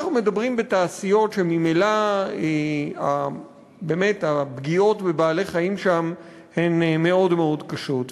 אנחנו מדברים בתעשיות שממילא הפגיעות בבעלי-חיים שם הן מאוד מאוד קשות.